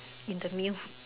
in the meal